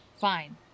fine